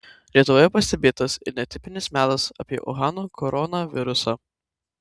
lietuvoje pastebėtas ir netipinis melas apie uhano koronavirusą